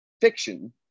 fiction